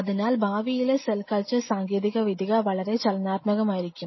അതിനാൽ ഭാവിയിലെ cell culture സാങ്കേതികവിദ്യ വളരെ ചലനാത്മകമായിരിക്കും